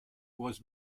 was